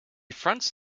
fronts